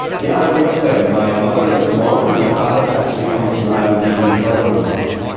yeah i grew up there. my mother is from orkney and my father actually comes from an island even further north.